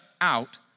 out